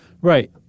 Right